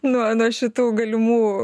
nuo šitų galimų